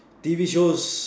T_V shows